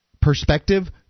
perspective